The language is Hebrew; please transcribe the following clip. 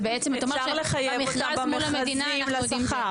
זה בעצם אתה אומר שבמרכז מול המדינה אנחנו יודעים,